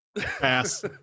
Pass